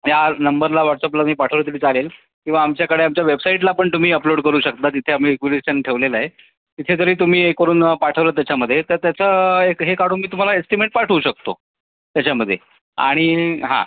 या नंबरला व्हॉट्सअपला मी पाठवलं तरी चालेल किंवा आमच्याकडे आमच्या वेबसाईटला पण तुम्ही अपलोड करू शकता तिथे आम्ही इक्विडेशन ठेवलेलं आहे तिथे जरी तुम्ही करून पाठवलं त्याच्यामध्ये तर त्याचं एक हे काढून मी तुम्हाला एस्टिमेट पाठवू शकतो त्याच्यामध्ये आणि हां